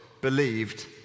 believed